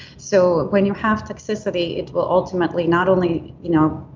so when you have toxicity, it will ultimately not only you know